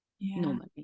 normally